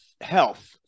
health